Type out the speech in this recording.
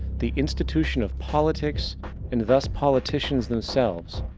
the institution of politics and thus politicians themselves,